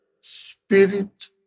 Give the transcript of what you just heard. spirit